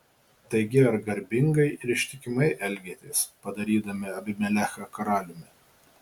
taigi ar garbingai ir ištikimai elgėtės padarydami abimelechą karaliumi